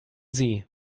sie